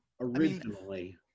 Originally